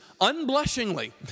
unblushingly